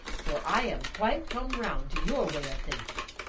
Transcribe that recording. for i am quite come round to your way of thinking.